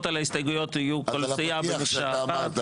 על ההסתייגויות יהיו כל סיעה במקשה אחת.